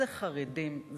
זה חרדים,